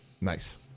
Nice